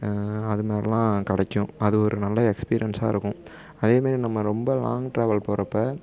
அதுமாதிரிலாம் கிடைக்கும் அது ஒரு நல்ல எக்ஸ்பீரியன்ஸாக இருக்கும் அதேமாரி நம்ம ரொம்ப லாங் ட்ராவல் போகிறப்ப